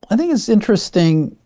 i think it's interesting